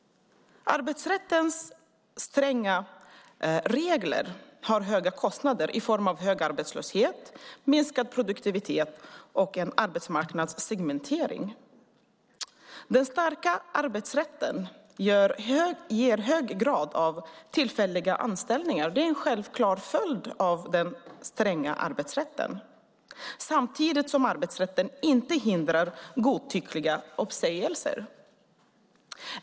Arbetsrättens stränga regler har höga kostnader i form av hög arbetslöshet, minskad produktivitet och en arbetsmarknadssegmentering. Den starka arbetsrätten ger en hög grad av tillfälliga anställningar, en självklar följd av den stränga arbetsrätten, samtidigt som arbetsrätten inte hindrar godtyckliga uppsägningar.